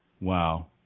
wow